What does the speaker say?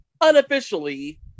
unofficially